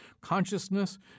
Consciousness